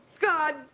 God